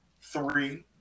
three